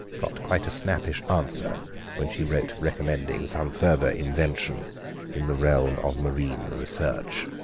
got quite a snappish answer when she wrote recommending some further invention in the realm of marine research.